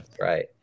right